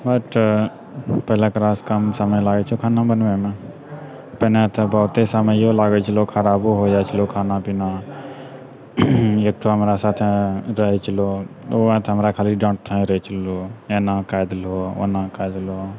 but पहिलेसँ बड़ा कम समय लागै छौ खाना बनबैमे पहिने तऽ बहुते समयो लागै छलौ खराबो हो जाइ छलै ओ खाना पीना एकटा हमरा साथे रहै छलौ वएह तऽ हमरा खाली डाँटिते रहै छलौ एनाकऽ देलहो ओनाकऽ देलहो